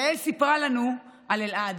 יעל סיפרה לנו על אלעד.